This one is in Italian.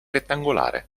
rettangolare